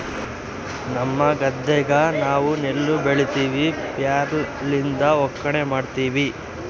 ನಮ್ಮ ಗದ್ದೆಗ ನಾವು ನೆಲ್ಲು ಬೆಳಿತಿವಿ, ಫ್ಲ್ಯಾಯ್ಲ್ ಲಿಂದ ಒಕ್ಕಣೆ ಮಾಡ್ತಿವಿ